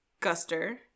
Guster